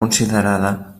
considerada